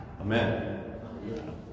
Amen